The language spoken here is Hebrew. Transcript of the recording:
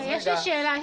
שאלה.